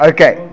Okay